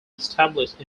established